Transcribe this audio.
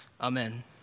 Amen